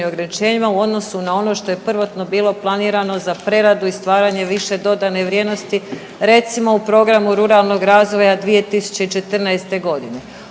u odnosu na ono što je prvotno bilo planirano za preradu i stvaranje više dodane vrijednosti recimo u programu ruralnog razvoja 2014.g.,